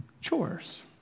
chores